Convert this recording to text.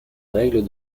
règle